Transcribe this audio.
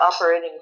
operating